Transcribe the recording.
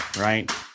right